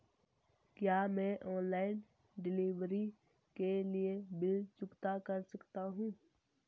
क्या मैं online delivery के भी बिल चुकता कर सकता हूँ?